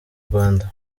rwanda